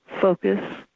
focus